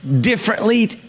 differently